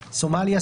סומליה,